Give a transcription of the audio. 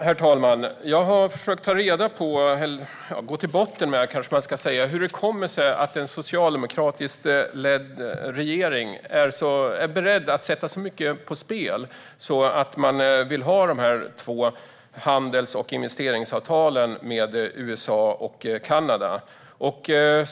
Herr talman! Jag har försökt att ta reda på och gå till botten med hur det kommer sig att en socialdemokratiskt ledd regering är beredd att sätta så mycket på spel för att få dessa två handels och investeringsavtal med USA och Kanada.